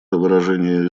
выражение